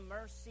mercy